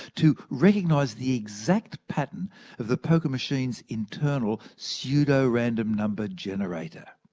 to recognise the exact pattern of the poker machine's internal pseudo-random number generator.